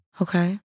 Okay